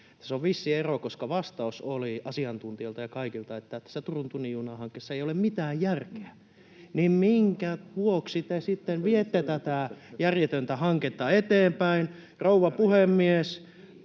Tässä on vissi ero, koska vastaus oli asiantuntijoilta ja kaikilta, että Turun tunnin juna ‑hankkeessa ei ole mitään järkeä. Minkä vuoksi te sitten viette tätä järjetöntä hanketta eteenpäin? [Välihuutoja